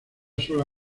sola